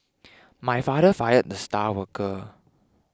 my father fired the star worker